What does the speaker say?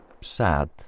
sad